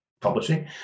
publishing